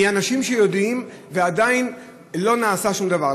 מאנשים שיודעים מי הם, ועדיין לא נעשה שום דבר.